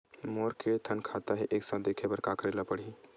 मोर के थन खाता हे एक साथ देखे बार का करेला पढ़ही?